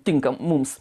tinka mums